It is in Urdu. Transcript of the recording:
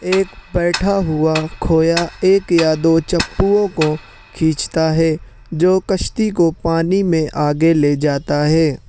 ایک بیٹھا ہوا کھویا ایک یا دو چپوؤں کو کھینچتا ہے جو کشتی کو پانی میں آگے لے جاتا ہے